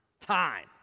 time